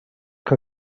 que